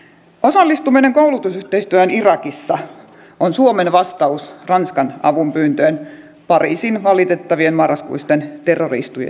osallistuminen koulutusyhteistyöhön irakissa on suomen vastaus ranskan avunpyyntöön pariisin valitettavien marraskuisten terrori iskujen jälkeen